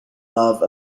love